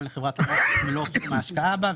לחברת המו"פ את מלוא סכום ההשקעה בה,